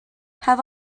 have